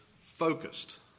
focused